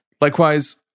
Likewise